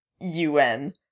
UN